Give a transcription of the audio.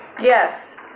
Yes